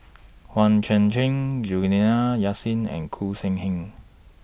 Hang Chang Chieh Juliana Yasin and Khoo Sin Hian